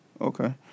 Okay